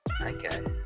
okay